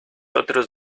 otros